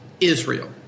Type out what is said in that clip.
Israel